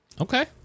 Okay